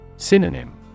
Synonym